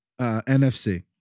nfc